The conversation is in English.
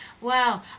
Wow